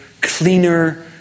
cleaner